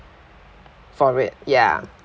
for it ya